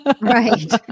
Right